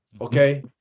Okay